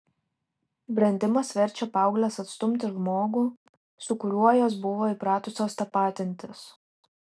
brendimas verčia paaugles atstumti žmogų su kuriuo jos buvo įpratusios tapatintis